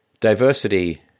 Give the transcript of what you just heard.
Diversity